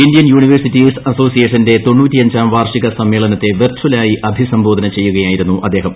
Indian universities അസോസിയേഷന്റെ സമ്മേളനത്തെ ്വെർച്ചലായി അഭിസംബോധന ചെയ്യുകയായിരുന്നു അദ്ദേഹം